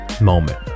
moment